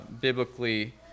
biblically